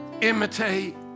imitate